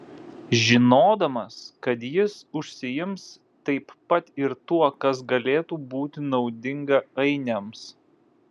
žinodamas kad jis užsiims taip pat ir tuo kas galėtų būti naudinga ainiams